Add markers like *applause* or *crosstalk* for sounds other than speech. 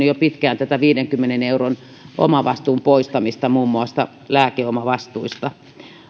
*unintelligible* jo pitkään viidenkymmenen euron omavastuun poistamista muun muassa lääkeomavastuista